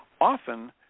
often